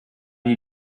you